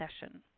session